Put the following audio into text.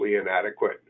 inadequate